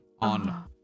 on